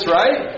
right